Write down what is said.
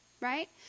right